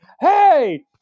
Hey